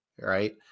Right